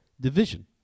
division